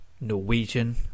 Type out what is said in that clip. Norwegian